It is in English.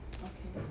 okay